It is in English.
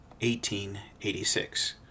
1886